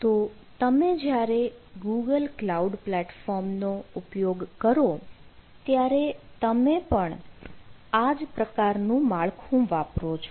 તો તમે જ્યારે ગૂગલ ક્લાઉડ પ્લેટફોર્મનો ઉપયોગ કરો ત્યારે તમે પણ આ જ પ્રકાર નું માળખું વાપરો છો